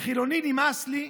כחילוני נמאס לי.